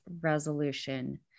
resolution